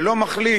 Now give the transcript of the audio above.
ולא מחליט,